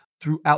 throughout